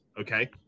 okay